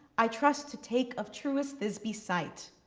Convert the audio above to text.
i trust to take of truest thisbe site.